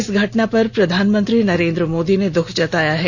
इस घटना पर प्रधानमंत्री नरेंद्र मोदी ने दुख जताया है